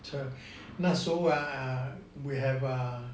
那时候啊 err we have err